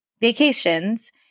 vacations